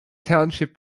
township